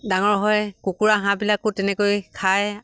ডাঙৰ হয় কুকুৰা হাঁহবিলাকো তেনেকৈ খায়